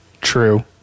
true